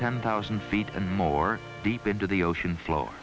ten thousand feet and more deep into the ocean flo